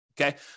okay